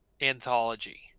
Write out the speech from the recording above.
anthology